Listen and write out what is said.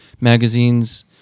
magazines